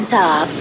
top